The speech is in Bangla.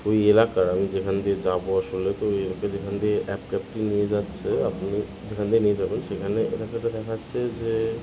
ওই এলাকার আমি যেখান দিয়ে যাবো আসলে তো ওই এলাকায় যেখান দিয়ে অ্যাপ ক্যাবটি নিয়ে যাচ্ছে আপনি যেখান দিয়ে নিয়ে যাবেন সেখানে এলাকা তো দেখাচ্ছে যে